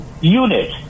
unit